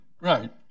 Right